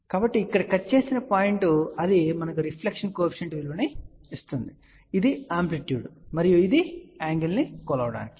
కాబట్టి ఇక్కడ కట్ చేసిన పాయింట్ అది మనకు రిఫ్లెక్షన్ కోఎఫిషియంట్ విలువను ఇస్తుంది ఇది ఆంప్లిట్యూడ్ మరియు యాంగిల్ ను కొలవవచ్చు